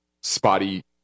spotty